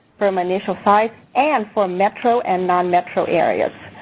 firm initial size and for metro and non-metro areas.